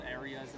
areas